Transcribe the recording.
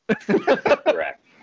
Correct